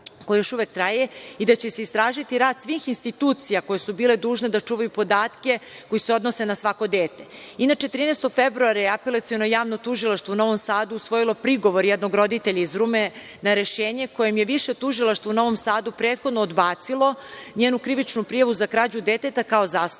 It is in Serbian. koje još uvek traje i da će se istražiti rad svih institucija koje su bile dužne da čuvaju podatke koji se odnose na svako dete. Inače, 13. februara je Apelaciono javno tužilaštvo u Novom Sadu usvojilo prigovor jednog roditelja iz Rume na rešenje koje je Više tužilaštvo u Novom Sadu prethodno odbacilo, njenu krivičnu prijavu za krađu deteta kao zastarelo,